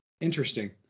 interesting